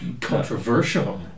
Controversial